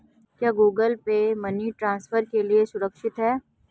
क्या Google Pay money transfer के लिए सुरक्षित है?